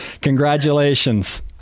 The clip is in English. Congratulations